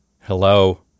Hello